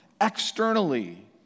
externally